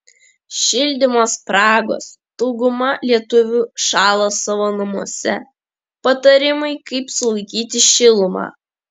šildymo spragos dauguma lietuvių šąla savo namuose patarimai kaip sulaikyti šilumą